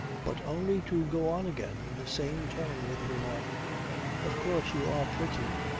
but only to go on again in the same tone with the remark of course you are pretty.